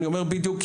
אני אומר בדיוק,